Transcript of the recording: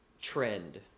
trend